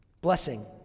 Blessing